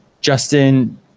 Justin